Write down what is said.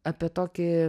apie tokį